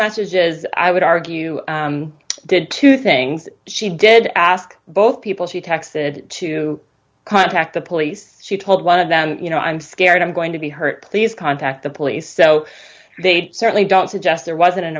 messages i would argue did two things she did ask both people she texted to contact the police she told one of them you know i'm scared i'm going to be hurt please contact the police so they certainly don't suggest there was